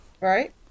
right